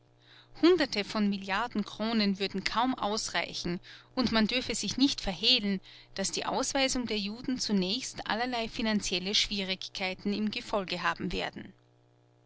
hunderte von milliarden kronen würden kaum ausreichen und man dürfe sich nicht verhehlen daß die ausweisung der juden zunächst allerlei finanzielle schwierigkeiten im gefolge haben werde